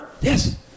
Yes